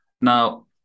Now